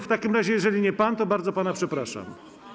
W takim razie jeżeli to nie pan, to bardzo pana przepraszam.